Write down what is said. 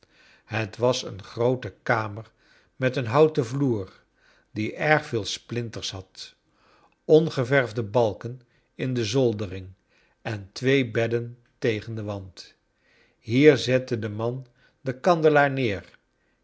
het was een groote kamer met een houten vloer die erg veel splinters had ongeverfde balken in de zoldering en twee bedden tegen den wand hier zette de man den kandelaar neer